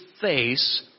face